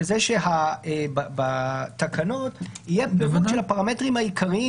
לזה שבתקנות יהיה פירוט של הפרמטרים העיקריים,